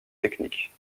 technique